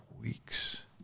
weeks